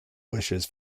wishes